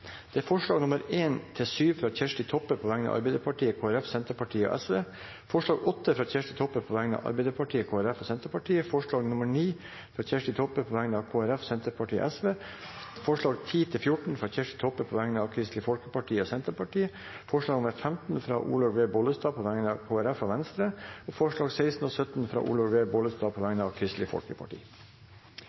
alt 17 forslag. Det er forslagene nr. 1–7, fra Kjersti Toppe på vegne av Arbeiderpartiet, Kristelig Folkeparti, Senterpartiet og Sosialistisk Venstreparti forslag nr. 8, fra Kjersti Toppe på vegne av Arbeiderpartiet, Kristelig Folkeparti og Senterpartiet forslag nr. 9, fra Kjersti Toppe på vegne av Kristelig Folkeparti, Senterpartiet og Sosialistisk Venstreparti forslagene nr. 10–14, fra Kjersti Toppe på vegne av Kristelig Folkeparti og Senterpartiet forslag nr. 15, fra Olaug V. Bollestad på vegne av Kristelig Folkeparti og Sosialistisk Venstreparti forslagene nr. 16 og 17, fra Olaug V. Bollestad på vegne av Kristelig Folkeparti